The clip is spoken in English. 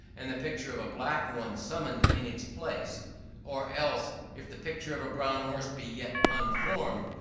and the picture of a black one summoned in its place or else, if the picture of a brown horse be yet unformed,